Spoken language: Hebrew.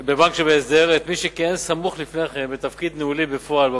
שבהסדר את מי שכיהן סמוך לפני כן בתפקיד ניהולי בפועל בבנק,